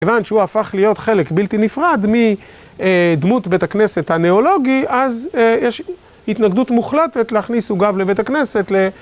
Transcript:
כיוון שהוא הפך להיות חלק בלתי נפרד מדמות בית הכנסת הניאולוגי אז יש התנגדות מוחלטת להכניס עוגב לבית הכנסת.